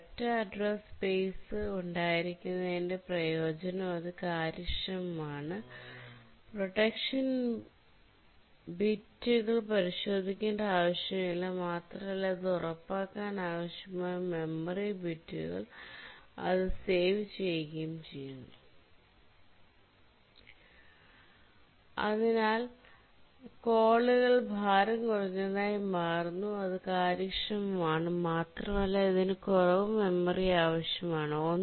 ഒരൊറ്റ address space ഉണ്ടായിരിക്കുന്നതിന്റെ പ്രയോജനം അത് കാര്യക്ഷമമാണ് പ്രൊട്ടക്ഷൻ ബിറ്റുകൾ പരിശോദിക്കണ്ട ആവശ്യം ഇല്ല മാത്രമല്ല ഇത് ഉറപ്പാക്കാൻ ആവശ്യമായ മെമ്മറി ബിറ്റുകളിൽ അത് സേവ് ചെയുകയും ചെയുന്നു അതിനാൽ കോളുകൾ ഭാരം കുറഞ്ഞതായി മാറുന്നു അത് കാര്യക്ഷമമാണ് മാത്രമല്ല ഇതിന് കുറവ് മെമ്മറി ആവശ്യമാണ്